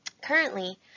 Currently